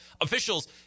officials